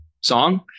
song